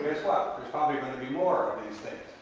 you're probably going to be more of these things.